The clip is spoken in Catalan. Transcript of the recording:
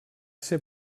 ser